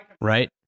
Right